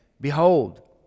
behold